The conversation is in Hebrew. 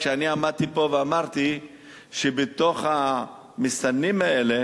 כשאני עמדתי פה ואמרתי שבתוך המסתננים האלה